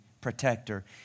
protector